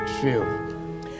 true